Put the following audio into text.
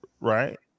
right